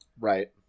Right